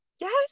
Yes